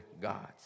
God's